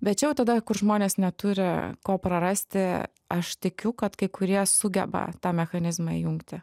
bet čia jau tada kur žmonės neturi ko prarasti aš tikiu kad kai kurie sugeba tą mechanizmą įjungti